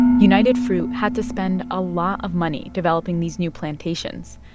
united fruit had to spend a lot of money developing these new plantations,